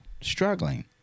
struggling